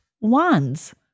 wands